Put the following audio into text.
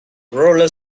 roller